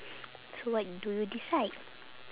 so what do you decide